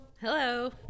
Hello